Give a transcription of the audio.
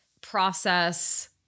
process